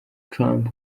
trump